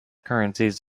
currencies